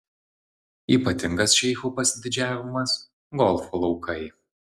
ypatingas šeichų pasididžiavimas golfo laukai